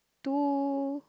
two